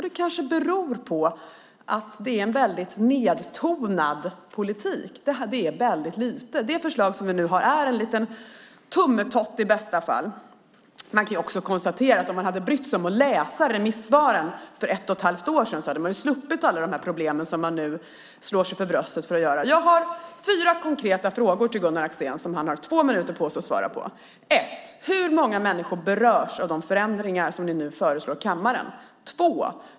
Det kanske beror på att det är en nedtonad politik. Det är lite. Det förslag som finns här är i bästa fall en tummetott. Om han hade brytt sig om att läsa remissvaren för ett och ett halvt år sedan hade vi sluppit alla de problem som han nu slår sig för bröstet för. Jag har fyra konkreta frågor till Gunnar Axén som han har två minuter på sig att svara på. 1. Hur många människor berörs av de förändringar ni föreslår i kammaren? 2.